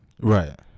Right